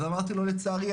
אז אמרתי לו: לצערי,